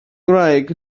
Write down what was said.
ngwraig